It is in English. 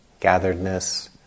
gatheredness